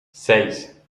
seis